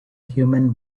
human